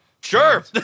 Sure